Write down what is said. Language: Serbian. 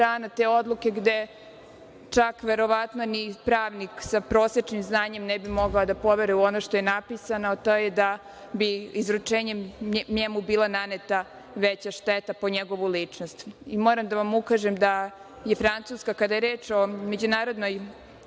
te odluke gde, čak verovatno, ni pravnik sa prosečnim znanjem ne bi mogao da poveruje u ono što je napisano, a to je da bi mu njegovim izručenjem bila naneta veća šteta po njegovu ličnost. Moram da ukažem da je Francuska, kada je reč o Međunarodnoj